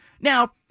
Now